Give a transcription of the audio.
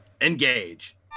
Engage